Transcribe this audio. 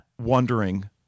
wondering